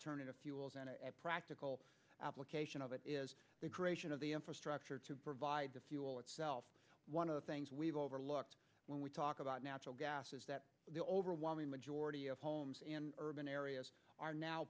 e fuels and practical application of it is the creation of the infrastructure to provide the fuel itself one of the things we've overlooked when we talk about natural gas is that the overwhelming majority of homes and urban areas are now